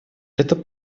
это